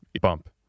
bump